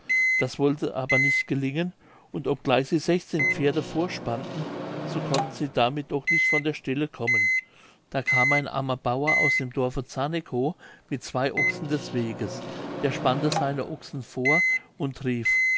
das wollte aber nicht gelingen und obgleich sie sechzehn pferde vorspannten so konnten sie damit doch nicht von der stelle kommen da kam ein armer bauer aus dem dorfe zarnekow mit zwei ochsen des weges der spannte seine ochsen vor und rief